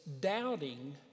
doubting